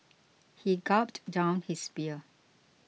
he gulped down his beer